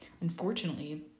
unfortunately